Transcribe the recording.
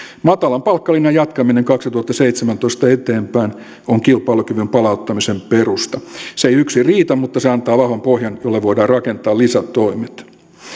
matalan palkkalinjan jatkaminen kaksituhattaseitsemäntoista eteenpäin on kilpailukyvyn palauttamisen perusta se ei yksin riitä mutta se antaa vahvan pohjan jolle voidaan rakentaa lisätoimet